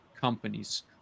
companies